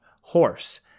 horse